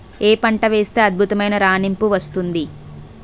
ఏ పంట వేస్తే అద్భుతమైన రాణింపు వస్తుంది?